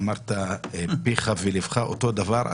אמרת שפיך וליבך אותו דבר.